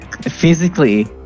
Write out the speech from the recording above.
Physically